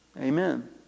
Amen